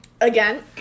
again